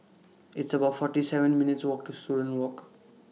It's about forty seven minutes' Walk to Student Walk